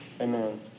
Amen